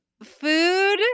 Food